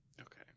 Okay